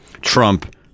Trump